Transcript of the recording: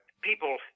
people